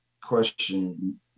question